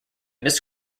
miss